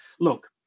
look